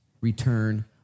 return